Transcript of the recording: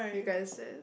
you guys said